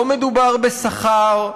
לא מדובר בשכר,